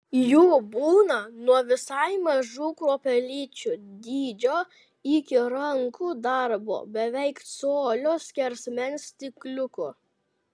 jų būna nuo visai mažų kruopelyčių dydžio iki rankų darbo beveik colio skersmens stikliukų